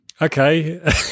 Okay